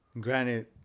Granted